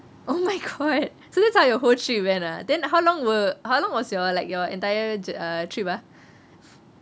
oh my god so that's how your whole trip went ah then how long were how long was your like your entire jour~ trip ah